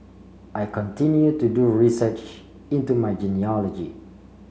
I continue to do research into my genealogy